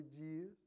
years